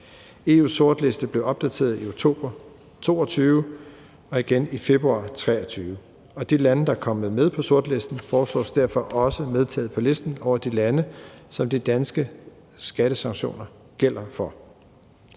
EU's sortliste blev opdateret i oktober 2022 og igen i februar 2023, og de lande, der er kommet med på sortlisten, foreslås derfor også medtaget på listen over lande, som de danske skattesanktioner gælder for.